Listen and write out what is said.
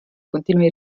continui